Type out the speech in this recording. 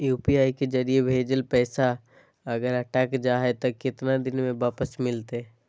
UPI के जरिए भजेल पैसा अगर अटक जा है तो कितना दिन में वापस मिलते?